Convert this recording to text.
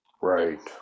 right